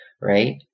right